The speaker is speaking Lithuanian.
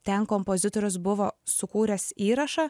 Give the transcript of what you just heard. ten kompozitorius buvo sukūręs įrašą